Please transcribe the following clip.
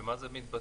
במה זה מתבטא?